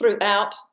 throughout